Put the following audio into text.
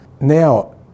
Now